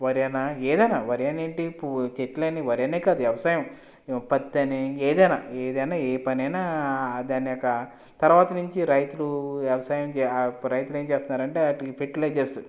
వరి అయినా ఏదైనా వరి అని ఏంటి చెట్లు వరనే కాదు వ్యవసాయం పత్తి అని ఏదైనా ఏ పని అయినా దాని యొక్క తర్వాత నుంచి రైతులు ఏం చేస్తున్నారంటే వాటికి ఫెర్టిలైజర్స్